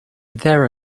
there